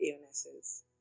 illnesses